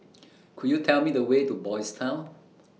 Could YOU Tell Me The Way to Boys' Town